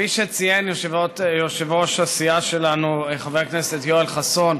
כפי שציין יושב-ראש הסיעה שלנו חבר הכנסת יואל חסון,